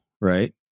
right